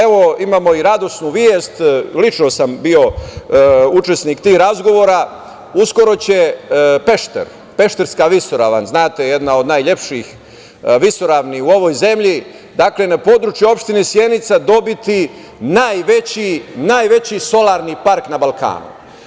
Evo, imamo i radosnu vest, lično sam bio učesnik tih razgovora, uskoro će Pešter, Pešterska visoravan, jedna od najlepših visoravni u ovoj zemlji, na području opštine Sjenica, dobiti najveći solarni park na Balkanu.